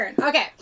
Okay